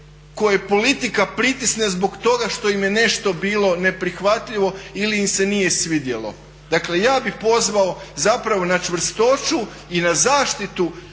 koje politika pritisne zbog toga što im je nešto bilo neprihvatljivo ili im se nije svidjelo. Dakle, ja bih pozvao zapravo na čvrstoću i na zaštitu